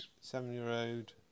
seven-year-old